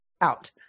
out